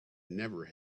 never